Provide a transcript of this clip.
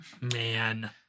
Man